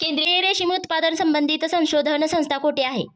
केंद्रीय रेशीम उत्पादन संबंधित संशोधन संस्था कोठे आहे?